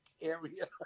area